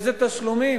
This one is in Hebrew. איזה תשלומים,